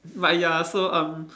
but ya so um